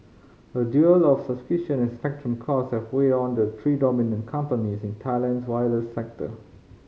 a duel and spectrum cost have weighed on the three dominant companies in Thailand's wireless sector